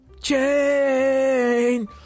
chain